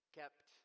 kept